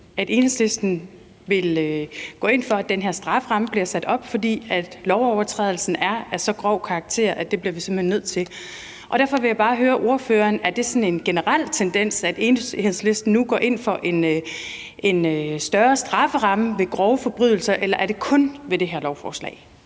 at Enhedslisten vil gå ind for, at den her strafferamme bliver sat op, fordi lovovertrædelsen er af så grov karakter, at vi simpelt hen bliver nødt til det. Derfor vil jeg bare høre ordføreren: Er det en generel tendens, at Enhedslisten nu går ind for en højere strafferamme ved grove forbrydelser, eller er det kun i forbindelse med det her lovforslag?